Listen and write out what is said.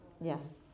Yes